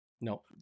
No